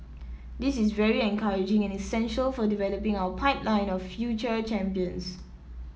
this is very encouraging and essential for developing our pipeline of future champions